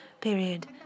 period